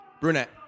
Brunette